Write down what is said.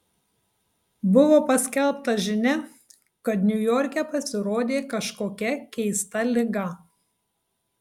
buvo paskelbta žinia kad niujorke pasirodė kažkokia keista liga